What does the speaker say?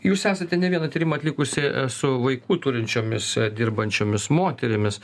jūs esate ne vieną tyrimą atlikusi su vaikų turinčiomis dirbančiomis moterimis